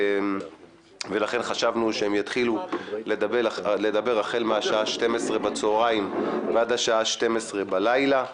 ולכן חשבנו שהם יתחילו החל מהשעה 12:00 בצוהריים עד השעה 24:00 בלילה.